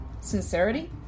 sincerity